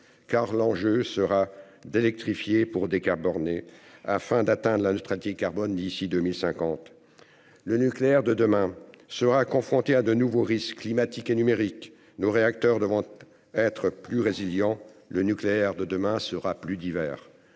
car l'enjeu sera d'électrifier pour décarboner, afin d'atteindre la neutralité carbone d'ici à 2050. Le nucléaire de demain sera confronté à de nouveaux risques, climatiques et numériques. Nos réacteurs devront donc être plus résilients. Le nucléaire de demain sera plus divers.